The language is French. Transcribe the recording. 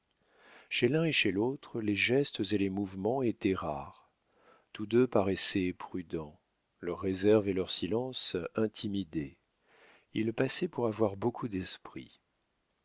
chez l'un et chez l'autre les gestes et les mouvements étaient rares tous deux paraissaient prudents leur réserve et leur silence intimidaient ils passaient pour avoir beaucoup d'esprit